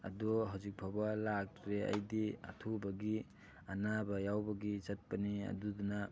ꯑꯗꯣ ꯍꯧꯖꯤꯛꯐꯥꯎꯕ ꯂꯥꯛꯇ꯭ꯔꯤ ꯑꯩꯗꯤ ꯑꯊꯨꯕꯒꯤ ꯑꯅꯥꯕ ꯌꯥꯎꯕꯒꯤ ꯆꯠꯄꯅꯤ ꯑꯗꯨꯗꯨꯅ